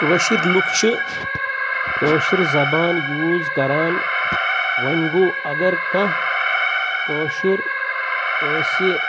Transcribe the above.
کٲشِر لوٗکھ چھِ کٲشِر زبان یوٗز کَران وۄنۍ گوٚو اگر کانٛہہ کٲشُر کٲنٛسہِ